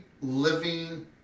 living